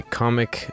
comic